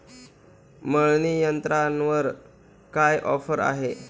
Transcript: मळणी यंत्रावर काय ऑफर आहे?